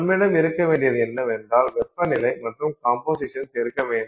நம்மிடம் இருக்க வேண்டியது என்னவென்றால் வெப்ப நிலை மற்றும் கம்போசிஷன் இருக்க வேண்டும்